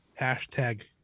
hashtag